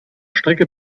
strecke